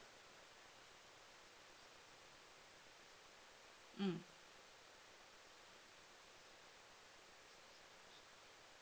mm